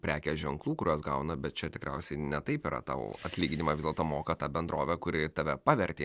prekės ženklų kuriuos gauna bet čia tikriausiai ne taip yra tau atlyginimą vis dėlto moka ta bendrovė kuri tave pavertė